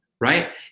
right